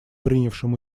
принявшим